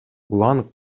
улан